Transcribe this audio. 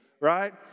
right